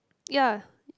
ya